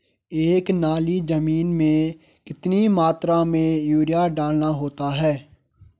एक नाली जमीन में कितनी मात्रा में यूरिया डालना होता है?